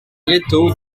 nieto